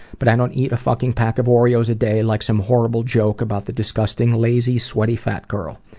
but i don't eat a fucking pack of oreos a day like some horrible joke about the disgusting, lazy, sweaty fat girl.